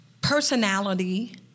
Personality